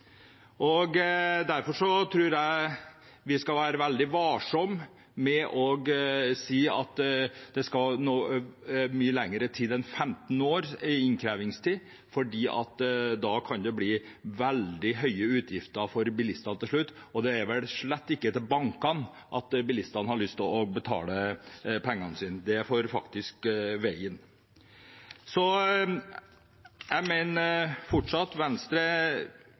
Derfor tror jeg vi skal være veldig varsomme med å si at det skal være mye lengre innkrevingstid enn 15 år, for da kan det til slutt bli veldig høye utgifter for bilistene. Og det er vel slett ikke til bankene bilistene har lyst til å betale pengene sine – det er for veien.